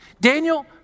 Daniel